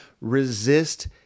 Resist